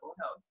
health